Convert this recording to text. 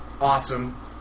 Awesome